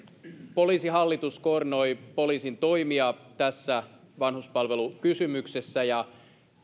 poliisihallitus koordinoi poliisin toimia tässä vanhuspalvelukysymyksessä ja